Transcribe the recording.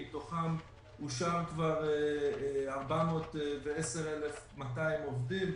מתוכם אושר כבר 410,200 עובדים.